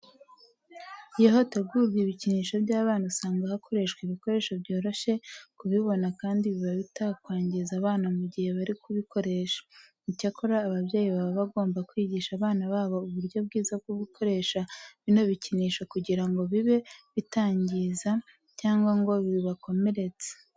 Iyo hategurwa ibikinisho by'abana usanga hakoreshwa ibikoresho byoroshye kubibona kandi biba bitakwangiza abana mu gihe bari kubikoresha. Icyakora ababyeyi baba bagomba kwigisha abana babo uburyo bwiza bwo gukoresha bino bikinisho kugira ngo bibe bitabangiza cyangwa ngo bibakomeretse.